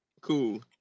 Cool